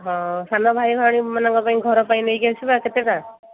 ହଁ ସାନ ଭାଇ ଭାଉଣୀ ମାନଙ୍କ ପାଇଁ ଘର ପାଇଁ ନେଇକି ଆସିବା କେତେଟା